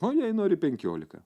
o jei nori penkiolika